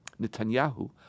Netanyahu